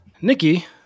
Nikki